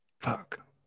Fuck